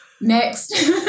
next